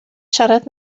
siarad